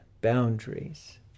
boundaries